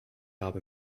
habe